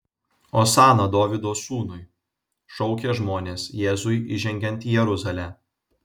osana dovydo sūnui šaukė žmonės jėzui įžengiant į jeruzalę